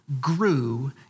grew